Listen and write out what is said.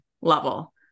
level